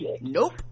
Nope